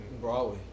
Broadway